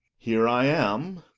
here i am!